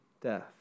death